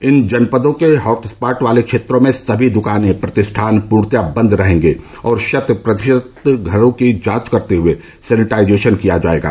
इन जनपदों के hot spot वाले क्षेत्रों में सभी द्कानें प्रतिष्ठान पूर्णतया बंद रहेंगे और शत प्रतिशत घरों की जांच करते हुए सैनेटाइजेशन किया जाएगा